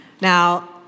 Now